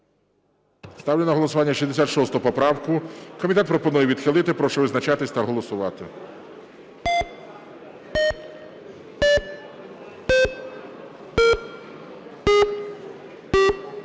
Ставлю на голосування 66 поправку. Комітет пропонує відхилити. Прошу визначатись та голосувати.